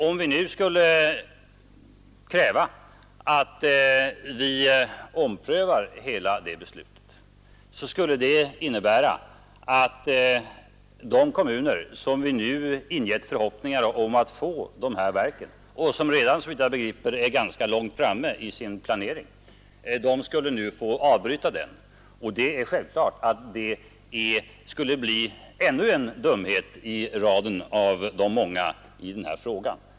Om vi krävde en omprövning av hela detta beslut, skulle det innebära att de kommuner som vi ingett förhoppningar om att få dessa verk och som redan såvitt jag begriper är ganska långt framme i sin planering finge avbryta denna. Det skulle bli ännu en dumhet i raden av de många i denna fråga.